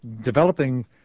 developing